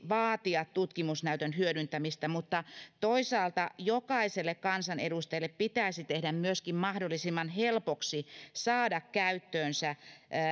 vaatia tutkimusnäytön hyödyntämistä mutta toisaalta jokaiselle kansanedustajalle pitäisi tehdä myöskin mahdollisimman helpoksi saada käyttöönsä